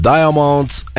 Diamonds